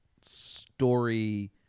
story